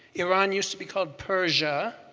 iran used to be called persia.